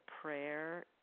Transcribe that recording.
prayer